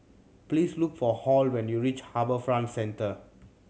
please look for Hall when you reach HarbourFront Centre